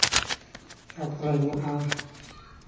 ᱛᱟᱯᱚᱨᱮ ᱦᱮᱱᱟᱜᱼᱟ